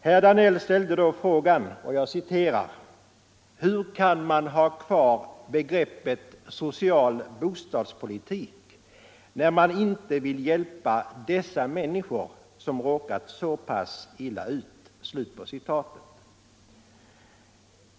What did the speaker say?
Herr Danell ställde frågan: Hur kan man ha kvar begreppet social bostadspolitik när man inte vill hjälpa dessa människor som råkat så pass illa ut?